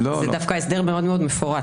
זה הסדר דווקא מאוד מפורט.